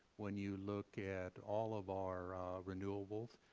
when you look at all of our renewables,